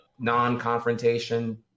non-confrontation